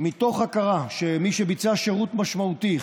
מתוך הכרה שמי שביצע שירות משמעותי,